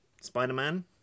Spider-Man